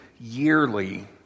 yearly